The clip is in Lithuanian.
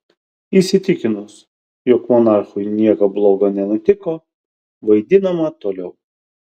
įsitikinus jog monarchui nieko bloga nenutiko vaidinama toliau